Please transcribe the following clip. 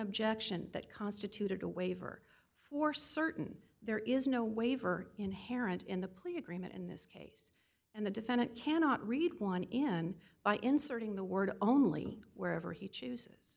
objection that constituted a waiver for certain there is no waiver inherent in the plea agreement in this case and the defendant cannot read one and by inserting the word only wherever he chooses